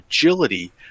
agility